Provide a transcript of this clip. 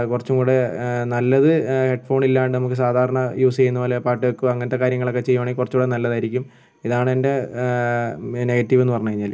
കുറച്ചുംകൂടെ നല്ലത് headphone ഇല്ലാണ്ട് നമുക്ക് സാധാരണ യൂസ് ചെയ്യുന്നപോലെ പാട്ട് കേൾക്കുക അങ്ങനത്തെ കാര്യങ്ങളൊക്കെ ചെയ്യുവാണെങ്കിൽ കുറച്ചുംകൂടെ നല്ലതായിരിക്കും ഇതാണ് എൻ്റെ നെഗറ്റീവെന്ന് പറഞ്ഞുകഴിഞ്ഞാൽ